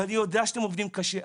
ואני יודע שאתם עובדים קשה,